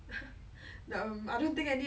but generally it was quite